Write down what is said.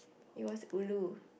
it was ulu